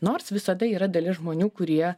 nors visada yra dalis žmonių kurie